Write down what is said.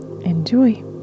Enjoy